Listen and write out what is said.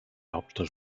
hauptstadt